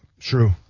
True